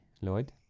Lloyd